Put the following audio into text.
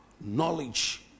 knowledge